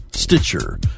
Stitcher